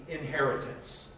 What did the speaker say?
inheritance